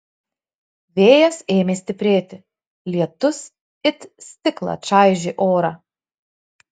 vėjas ėmė stiprėti lietus it stiklą čaižė orą